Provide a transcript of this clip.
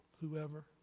whoever